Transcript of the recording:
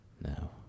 No